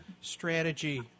strategy